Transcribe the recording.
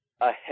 ahead